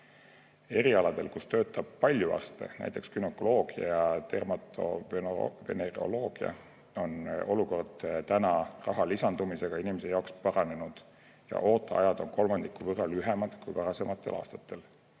Erialadel, kus töötab palju arste, näiteks günekoloogia ja dermatoveneroloogia, on olukord raha lisandumise tõttu inimese jaoks paranenud ja ooteajad on kolmandiku võrra lühemad kui varasematel aastatel.